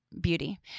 beauty